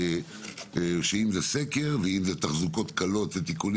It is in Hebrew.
זה כולל גם סקר וגם תחזוקה קלה ותיקונים